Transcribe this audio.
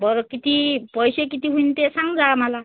बरं किती पैसे किती होईन ते सांगा आम्हाला